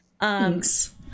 Thanks